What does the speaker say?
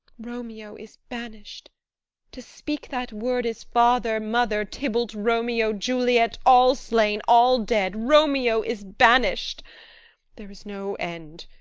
romeo is banished' to speak that word is father, mother, tybalt, romeo, juliet, all slain, all dead romeo is banished there is no end,